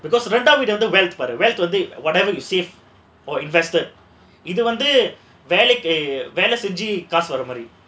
because ரெண்டா வீடு வந்து:rendaa veedu vandhu wealth பாரு:paaru whatever you save or invested இது வந்து வேல வேலை செஞ்சி காசு வர்ற மாதிரி:idhu vandhu vela vela senji kaasu varra maadhiri for money